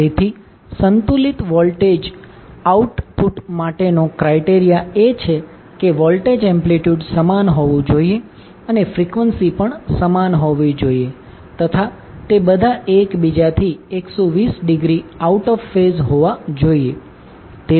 તેથી સંતુલિત voltage output માટેનો ક્રાઈટેરિયા એ છે કે વોલ્ટેજ એમ્પ્લિટ્યૂડ સમાન હોવું જોઈએ અને ફ્રીક્વન્સી પણ સમાન હોવી જોઈએ તથા તે બધા એકબીજાથી 120 ડિગ્રી આઉટ ઓફ ફેઝ હોવા જોઈએ